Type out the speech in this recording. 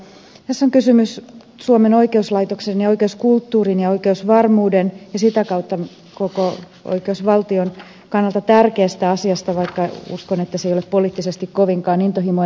tässä on kysymys suomen oikeuslaitoksen ja oikeuskulttuurin ja oikeusvarmuuden ja sitä kautta koko oikeusvaltion kannalta tärkeästä asiasta vaikka uskon että se ei ole poliittisesti kovinkaan intohimoja herättävä